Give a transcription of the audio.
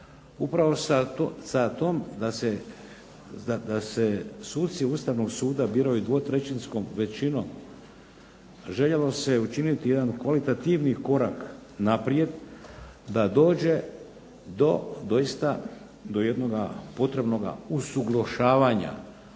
Upravo sa tom da se suci Ustavnog suda biraju 2/3 većinom željelo se učiniti jedan kvalitativni korak naprijed, da dođe do doista do jednoga potrebnoga usuglašavanja